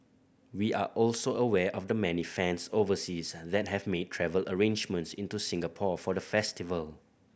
we are also aware of the many fans overseas that have made travel arrangements into Singapore for the festival